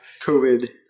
COVID